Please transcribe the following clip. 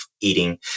eating